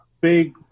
big